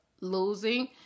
losing